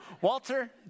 Walter